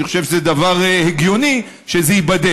אני חושב שזה דבר הגיוני שייבדק.